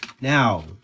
Now